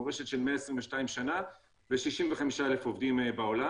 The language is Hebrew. מורשת של 22 שנים ו-65,000 עובדים בעולם.